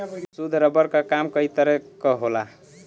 शुद्ध रबर क काम कई तरे क होला